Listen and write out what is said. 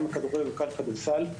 גם הכדורגל וגם הכדורסל,